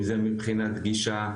אם זה מבחינת גישה,